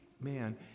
man